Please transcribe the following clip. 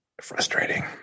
frustrating